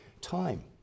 time